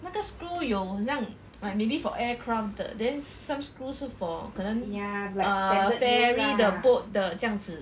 那个 screw 有好像 like maybe for aircraft 的 then some screws 是 for 可能 err ferry 的 boat 的这样子